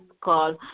call